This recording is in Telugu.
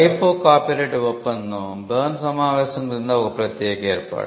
WIPO కాపీరైట్ ఒప్పందం బెర్న్ సమావేశం క్రింద ఒక ప్రత్యేక ఏర్పాటు